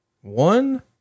one